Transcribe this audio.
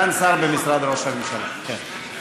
הוא סגן שר במשרד ראש הממשלה, כן.